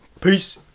peace